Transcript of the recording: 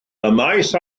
ymaith